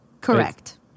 Correct